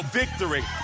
victory